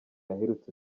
aherutse